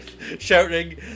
shouting